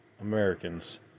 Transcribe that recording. Americans